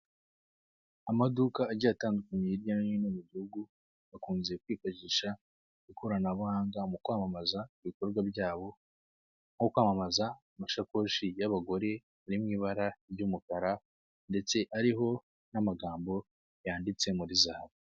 Amaduka agiye atandukanye hirya no hino mu gihugu; akunze kwifashisha ikoranabuhanga, mu kwamamaza ibikorwa byabo, nko kwamamaza amashakoshi y'abagore, ari mu ibara ry'umukara ndetse n'amagambo ariho yanditse muri zahabu.